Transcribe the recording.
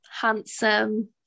handsome